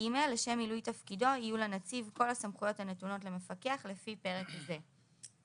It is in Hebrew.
(ג)לשם מילוי תפקידו יהיו לנציב כל הסמכויות הנתונות למפקח לפי פרק זה.